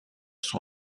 son